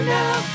now